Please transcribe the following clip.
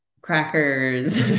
crackers